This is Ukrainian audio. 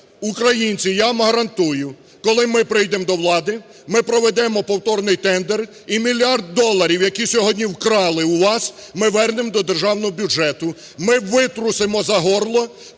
українці, я вам гарантую, – коли ми прийдемо до влади, ми проведемо повторний тендер і мільярд доларів, який сьогодні вкрали у вас ми вернемо до державного бюджету. Ми витрусимо за горло